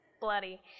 bloody